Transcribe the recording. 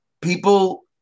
people